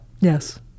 Yes